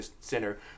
center